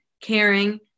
caring